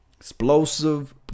explosive